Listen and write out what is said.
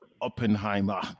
Oppenheimer